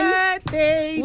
birthday